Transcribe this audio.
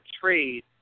trade